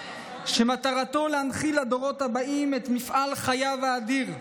שמטרתו להנחיל לדורות הבאים את מפעל חייו האדיר,